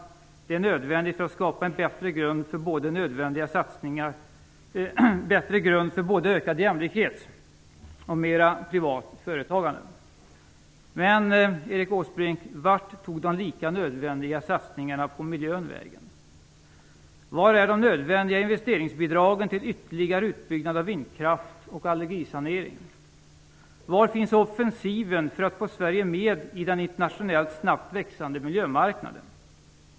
Det är också nödvändigt för att skapa en bättre grund för ökad jämlikhet och för mer privat företagande. Men, Erik Åsbrink, var tog de lika nödvändiga satsningarna på miljön vägen? Var är de nödvändiga investeringsbidragen till ytterligare utbyggnad av vindkraft och allergisanering? Var finns offensiven för att få Sverige med i den internationellt snabbt växande miljömarknaden?